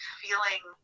feeling